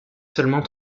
seulement